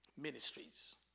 ministries